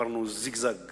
עברנו זיגזג